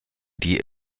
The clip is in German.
die